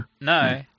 No